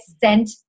sent